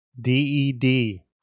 D-E-D